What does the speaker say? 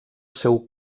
seu